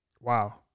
Wow